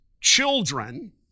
Children